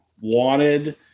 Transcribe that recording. wanted